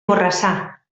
borrassà